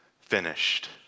finished